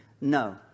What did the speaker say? no